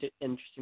interesting